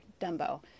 dumbo